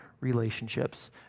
relationships